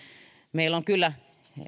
meillä on kyllä